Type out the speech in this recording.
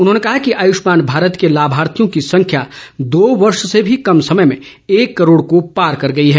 उन्होंने कहा कि आयुष्मान भारत के लाभार्थियों की संख्या दो वर्ष से भी कम समय में एक करोड़ को पार कर गई है